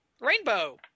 rainbow